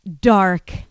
dark